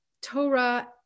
Torah